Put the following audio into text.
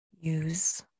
Use